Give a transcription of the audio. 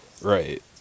Right